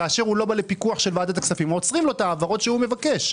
כאשר הוא לא בא לפיקוח של ועדת הכספים עוצרים לו את ההעברות שהוא מבקש.